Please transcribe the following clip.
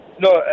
No